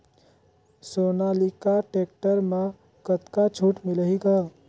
Sonalika tractor म कतका छूट मिलही ग?